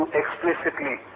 explicitly